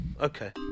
Okay